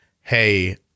hey